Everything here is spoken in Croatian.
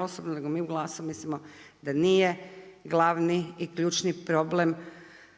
osobno, nego mi u GLAS-u mislimo da nije glavni i ključni problem